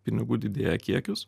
pinigų didėja kiekis